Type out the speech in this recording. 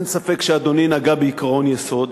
אין ספק שאדוני נגע בעקרון יסוד,